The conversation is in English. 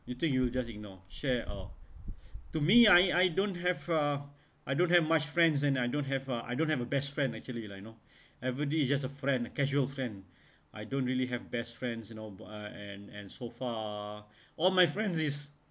you think you just ignore share uh to me I I don't have uh I don't have much friends and I don't have uh I don't have a best friend actually lah like you know everybody is just a friend casual friend I don't really have best friends you know uh and and so far all my friend is